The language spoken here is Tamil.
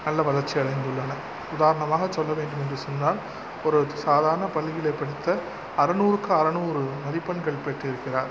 நல்ல வளர்ச்சியடைந்துள்ளனர் உதாரணமாக சொல்லவேண்டுமென்று சொன்னால் ஒரு சாதாரண பள்ளியிலே படித்த அறுநூறுக்கு அறுநூறு மதிப்பெண்கள் பெற்றிருக்கிறார்